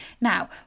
Now